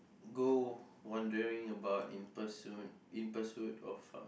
go wondering about in pursuit in pursuit of uh